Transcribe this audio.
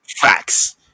Facts